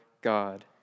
God